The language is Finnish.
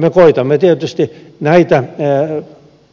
me koetamme tietysti näitä